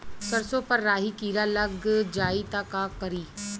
सरसो पर राही किरा लाग जाई त का करी?